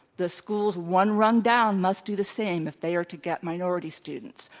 the schools one rung down must do the same if they are to get minority students.